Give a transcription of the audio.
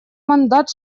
мандат